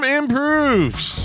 improves